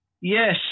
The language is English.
Yes